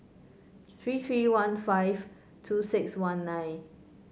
three three one five two six one nine